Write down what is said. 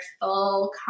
full